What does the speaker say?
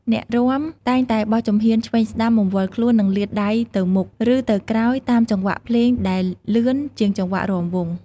អ្នករាំតែងតែបោះជំហានឆ្វេងស្ដាំ បង្វិលខ្លួន និងលាតដៃទៅមុខ ឬទៅក្រោយតាមចង្វាក់ភ្លេងដែលលឿនជាងចង្វាក់រាំវង់។